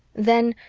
then,